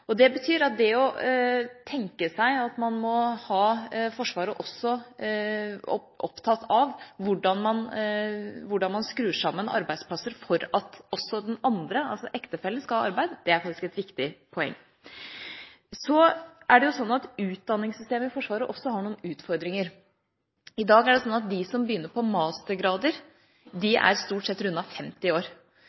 Det betyr at det å tenke seg at man må ha Forsvaret opptatt av hvordan man skrur sammen arbeidsplasser for at også den andre, altså ektefellen, skal ha arbeid, er faktisk et viktig poeng. Så har også utdanningssystemet i Forsvaret noen utfordringer. I dag har de som begynner på mastergrad, stort sett rundet 50 år. Det vil si at de har omtrent ti år igjen av sin yrkesaktive karriere i Forsvaret, mens de